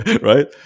right